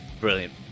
brilliant